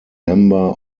member